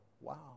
Wow